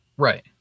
Right